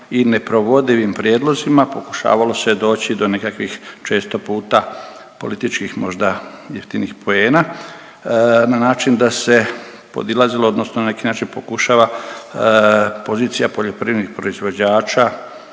i neprovodivim prijedlozima, pokušavalo se je doći do nekakvih često puta političkih možda jeftinih poena na način da se podilazilo odnosno na neki pokušava pozicija poljoprivrednih proizvođača